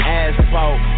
asphalt